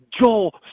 Joel